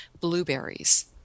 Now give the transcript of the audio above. blueberries